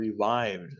revived